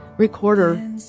recorder